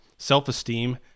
Self-esteem